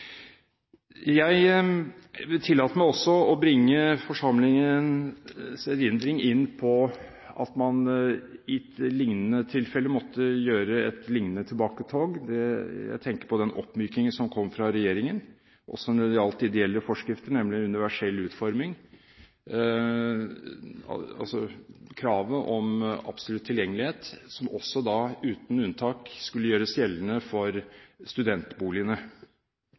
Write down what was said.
Jeg tillater meg å bringe forsamlingens erindring over på at man i et lignende tilfelle måtte gjøre et lignende tilbaketog. Da tenker jeg på den oppmykingen som kom fra regjeringen også når det gjaldt de ideelle krav, nemlig universell utforming – kravet om absolutt tilgjengelighet – som også uten unntak skulle gjøres gjeldende for studentboligene.